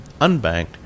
unbanked